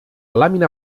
làmina